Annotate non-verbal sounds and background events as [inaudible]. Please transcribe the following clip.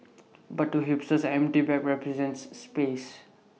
[noise] but to hipsters an empty bag represents space